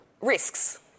risks